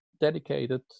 dedicated